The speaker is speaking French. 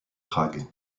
prague